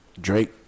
Drake